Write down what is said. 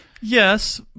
Yes